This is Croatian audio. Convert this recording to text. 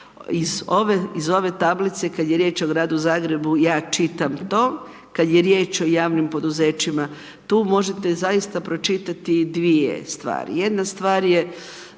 Iz ove tablice kad je riječ o Gradu Zagrebu ja čitam to, kad je riječ o javnim poduzećima, tu možete zaista pročitati dvije stvari. Jedna stvar je